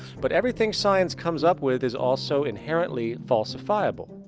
but everything science comes up with is also inherently falsifiable.